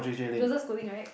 Joseph-Schooling right